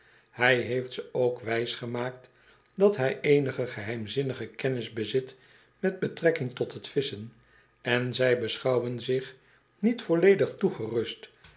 hij heeft ze ook wijsgemaakt dat hy eenige geheimzinnige kennis bezit met betrekking tot het visschen en z beschouwen zich niet volledig toegerust